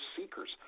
seekers